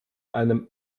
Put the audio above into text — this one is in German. einem